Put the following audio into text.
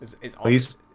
please